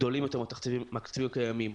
גדולים יותר מהתקציבים הקיימים.